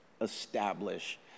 establish